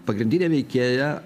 pagrindinė veikėja